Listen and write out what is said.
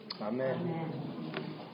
Amen